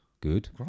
good